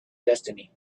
destiny